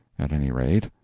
at any rate,